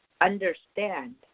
understand